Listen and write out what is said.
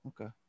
okay